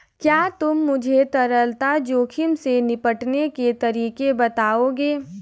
क्या तुम मुझे तरलता जोखिम से निपटने के तरीके बताओगे?